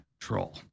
troll